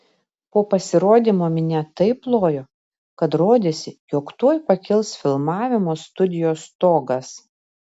po pasirodymo minia taip plojo kad rodėsi jog tuoj pakils filmavimo studijos stogas